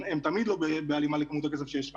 הם תמיד לא בהלימה לכמות הכסף שיש לך.